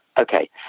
okay